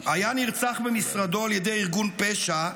היה נרצח במשרדו על ידי ארגון פשע,